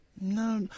No